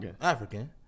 African